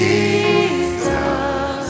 Jesus